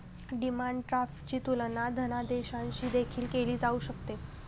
demand ड्राफ्टची तुलना धनादेशाशी देखील केली जाऊ शकते